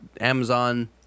Amazon